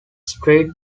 spread